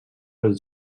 els